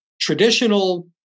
traditional